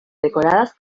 decoradas